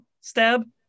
stab